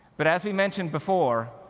but, as we mentioned before,